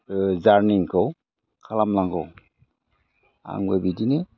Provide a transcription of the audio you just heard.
जारनिखौ खालामनांगौ आंबो बिदिनो